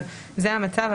אבל זה המצב,